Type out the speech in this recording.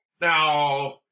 Now